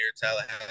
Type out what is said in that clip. Tallahassee